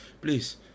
please